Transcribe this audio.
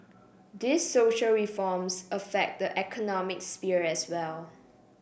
these social reforms affect the economic sphere as well